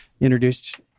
Introduced